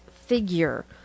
figure